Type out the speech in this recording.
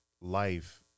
life